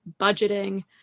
budgeting